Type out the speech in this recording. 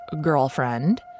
girlfriend